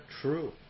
true